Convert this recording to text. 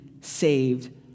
saved